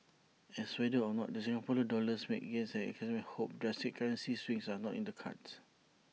ans whether or not the Singapore dollars makes gains as economists hope drastic currency swings are not in the cards